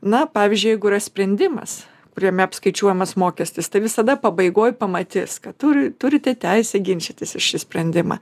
na pavyzdžiui jeigu yra sprendimas kuriame apskaičiuojamas mokestis tai visada pabaigoj pamatys kad turi turite teisę ginčytis į šį sprendimą